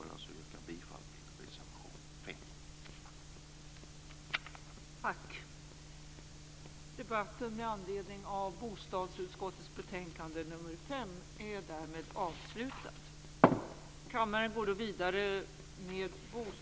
Jag vill alltså yrka bifall till reservation 5.